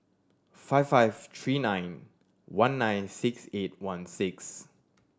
five five three nine one nine six eight one six